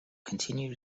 continue